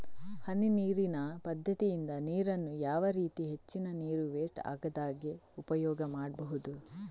ಹನಿ ನೀರಿನ ಪದ್ಧತಿಯಿಂದ ನೀರಿನ್ನು ಯಾವ ರೀತಿ ಹೆಚ್ಚಿನ ನೀರು ವೆಸ್ಟ್ ಆಗದಾಗೆ ಉಪಯೋಗ ಮಾಡ್ಬಹುದು?